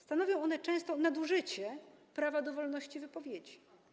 Stanowią one często nadużycie prawa do wolności wypowiedzi.